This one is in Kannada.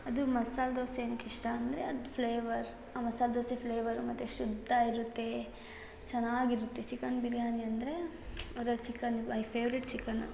ಅದು ಮಸಾಲೆ ದೋಸೆ ಏನಕ್ಕೆ ಇಷ್ಟ ಅಂದರೆ ಅದು ಫ್ಲೇವರ್ ಆ ಮಸಾಲೆ ದೋಸೆ ಫ್ಲೇವರು ಮತ್ತು ಎಷ್ಟುದ್ದ ಇರುತ್ತೆ ಚೆನ್ನಾಗಿರುತ್ತೆ ಚಿಕನ್ ಬಿರ್ಯಾನಿ ಅಂದರೆ ಅದ್ರಲ್ಲಿ ಚಿಕನ್ನು ಮೈ ಫೇವ್ರೇಟ್ ಚಿಕನ್ನು